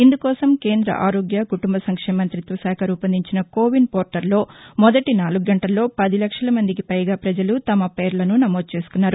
ఇందుకోసం కేంద్ర ఆరోగ్య కుటుంబ సంక్షేమ మంత్రిత్వశాఖ రూపొందించిన కోవిన్ పోర్టల్లో మొదటి నాలుగు గంటల్లో పది లక్షల మందికి పైగా ప్రజలు తమ పేర్లను నమోదు చేసుకున్నారు